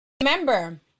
Remember